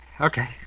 Okay